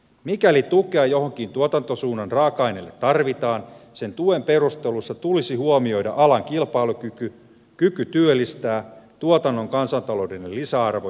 mikäli tukea jonkin tuotantosuunnan raaka aineelle tarvitaan sen tuen perusteluissa tulisi huomioida alan kilpailukyky kyky työllistää tuotannon kansantaloudellinen lisäarvo ja niin edelleen